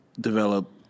develop